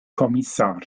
kommissar